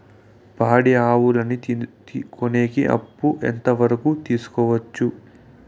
పాడి ఆవులని కొనేకి అప్పు ఎంత వరకు తీసుకోవచ్చు?